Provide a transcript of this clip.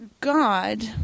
God